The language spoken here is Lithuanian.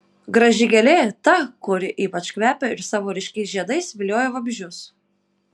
graži gėlė ta kur ypač kvepia ir savo ryškiais žiedais vilioja vabzdžius